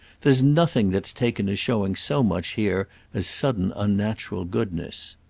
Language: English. there's nothing that's taken as showing so much here as sudden unnatural goodness.